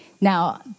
now